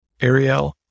Ariel